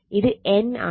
ഇത് N ആണ്